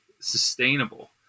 sustainable